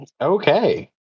Okay